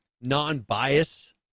non-bias